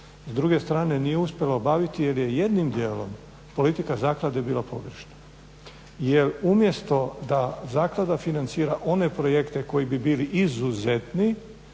s druge strane nije uspjela obaviti jer je jednim dijelom politika zaklade bila površna jer umjesto da zaklada financira one projekte koji bi bili izuzetni,